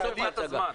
בסוף ההצגה.